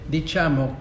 Diciamo